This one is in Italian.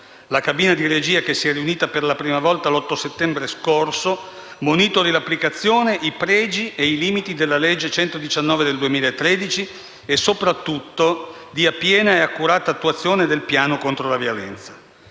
la cabina di regia, che si è riunita per la prima volta l'8 settembre scorso, monitori l'applicazione, i pregi e i limiti della legge n. 199 del 2013, e soprattutto dia piena e accurata attuazione del piano contro la violenza.